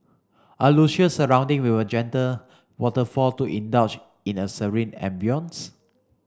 a luscious surrounding a gentle waterfall to indulge in a serene ambience